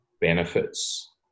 benefits